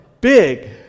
big